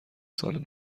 سال